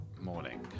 morning